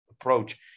approach